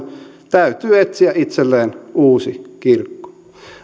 täytyy etsiä itselleen uusi kirkko